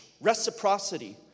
Reciprocity